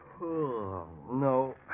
No